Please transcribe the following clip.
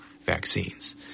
vaccines